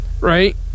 right